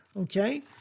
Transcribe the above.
okay